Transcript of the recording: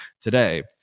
today